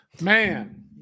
Man